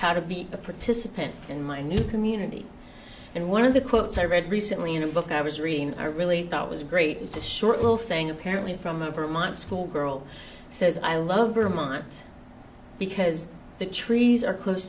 how to be a participant in my new community and one of the quotes i read recently in a book i was reading i really thought was great it's a short little thing apparently from a vermont schoolgirl says i love vermont because the trees are close